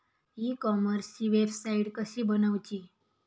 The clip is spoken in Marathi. ई कॉमर्सची वेबसाईट कशी बनवची?